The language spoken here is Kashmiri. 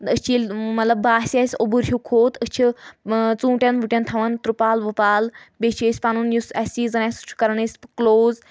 أسۍ چھِ ییٚلہِ مطلب باسہِ اَسہِ اوٚبُر ہیٚو کھوٚت أسۍ چھِ ژوٗنٛٹؠن ووٗٹؠن تھاوَان ترٛپال وُپال بیٚیہِ چھِ أسۍ پَنُن یُس اَسہِ سیٖزَن آسہِ سُہ چھُ کَرَان أسۍ کٕلوز